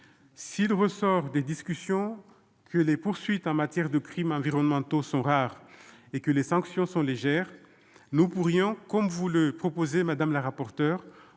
S'il ressort des discussions que les poursuites en matière de crimes environnementaux sont rares et que les sanctions sont légères, nous pourrions, comme le propose Mme la rapporteure,